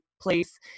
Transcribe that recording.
place